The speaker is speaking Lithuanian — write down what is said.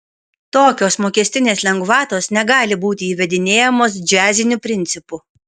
tokios mokestinės lengvatos negali būti įvedinėjamos džiaziniu principu